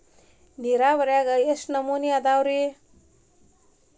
ನೇರಾವರಿಯಾಗ ಎಷ್ಟ ನಮೂನಿ ಅದಾವ್ರೇ?